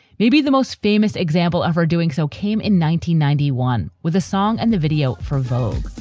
maybe the most famous example of her doing so came in ninety ninety one with a song and the video for vogue